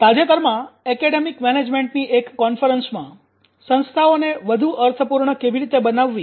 તાજેતરમાં એકેડેમીક મેનેજમેન્ટની એક કોન્ફરન્સમાં 'સંસ્થાઓને વધુ અર્થપૂર્ણ કેવી રીતે બનાવવી